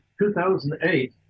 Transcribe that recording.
2008